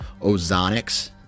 ozonics